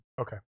Okay